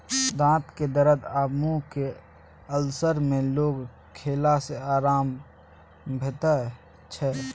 दाँतक दरद आ मुँहक अल्सर मे लौंग खेला सँ आराम भेटै छै